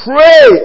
Pray